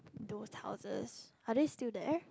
those houses are they still there